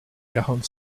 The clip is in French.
quarante